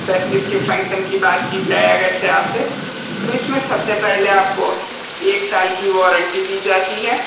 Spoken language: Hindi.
सर इसके फंगक्शन बात की जाए अगर से आपसे तो इसमें सबसे पहले आपको एक साल की वारंटी दी जाती है